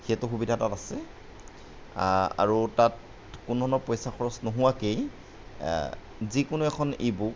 সেইটো সুবিধা তাত আছে আৰু তাত কোনো ধৰণৰ পইচা খৰচ নোহোৱাকেই যিকোনো এখন ই বুক